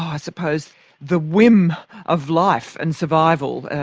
i suppose the whim of life and survival,